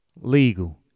legal